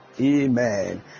Amen